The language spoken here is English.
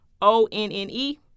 O-N-N-E